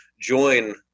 join